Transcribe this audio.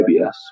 IBS